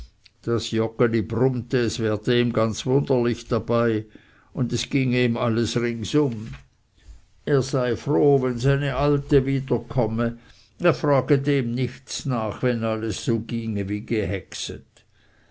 joggeli brummte es werde ihm ganz wunderlich dabei und es ginge ihm alles ringsum er sei froh wenn seine alte wieder komme er frage dem nichts nach wenn alles so ginge wie